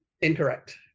Incorrect